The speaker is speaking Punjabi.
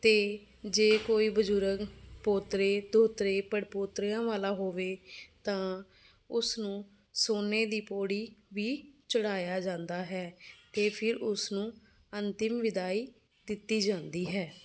ਅਤੇ ਜੇ ਕੋਈ ਬਜ਼ੁਰਗ ਪੋਤਰੇ ਦੋਤਰੇ ਪੜਪੋਤਰਿਆਂ ਵਾਲਾ ਹੋਵੇ ਤਾਂ ਉਸ ਨੂੰ ਸੋਨੇ ਦੀ ਪੋੜੀ ਵੀ ਚੜ੍ਹਾਇਆ ਜਾਂਦਾ ਹੈ ਅਤੇ ਫਿਰ ਉਸਨੂੰ ਅੰਤਿਮ ਵਿਦਾਈ ਦਿੱਤੀ ਜਾਂਦੀ ਹੈ